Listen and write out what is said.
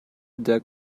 der